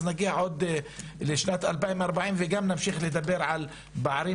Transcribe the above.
אז נגיע לשנת 2040 וגם נמשיך לדבר על פערים